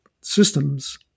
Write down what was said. systems